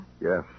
Yes